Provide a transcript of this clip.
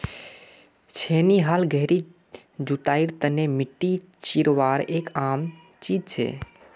छेनी हाल गहरी जुताईर तने मिट्टी चीरवार एक आम चीज छे